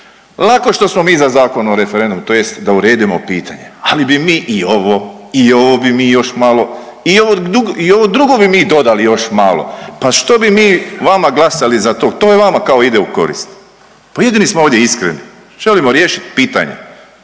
lako što smo mi za Zakon o referendumu tj. da uredimo pitanje, ali bi mi i ovo, i ovo bi mi još malo i ovo drugo bi mi dodali još malo. Pa što bi mi vama glasali za tog to vama kao ide u korist. Pa jedini smo ovdje iskreni želimo riješit pitanje